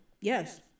Yes